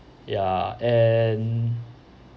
ya and